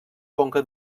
conca